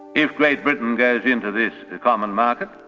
if great britain goes into this common market,